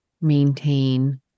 maintain